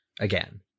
again